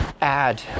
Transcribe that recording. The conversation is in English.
add